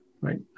right